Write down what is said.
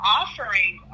offering